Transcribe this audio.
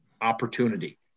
opportunity